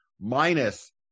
minus